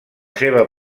seva